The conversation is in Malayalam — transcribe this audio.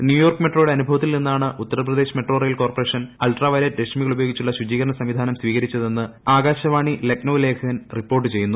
ന്യൂയോർക്ക് മെട്രോയുടെ അനുഭവത്തിൽ നിന്നാണ് Uttar Pradesh metro rail corporation ultraviolet രശ്മികൾ ഉപയോഗിച്ചുള്ള ശുചീകരണ സംവിധാനം സ്വീകരിച്ചതെന്ന് ആകാശവാണി ലക്നൌ ലേഖകൻ റിപ്പോർട്ട് ചെയ്യുന്നു